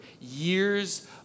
years